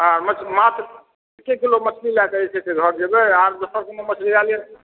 हँ मात्र एके किलो मछली लए कऽ जे छै से घर जेबै आर दोसर कोनो मछली लए लिअ ने